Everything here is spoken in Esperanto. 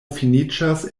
finiĝas